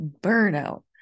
burnout